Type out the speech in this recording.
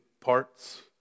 parts